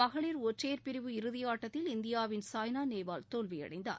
மகளிர் ஒற்றையர் பிரிவு இறுதியாட்டத்தில் இந்தியாவின் சாய்னா நேவால் தோல்வியடைந்தார்